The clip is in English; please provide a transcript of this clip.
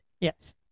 Yes